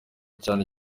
cyane